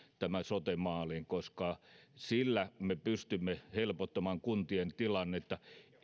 tämä sote maaliin koska sillä me pystymme helpottamaan kuntien tilannetta